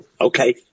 okay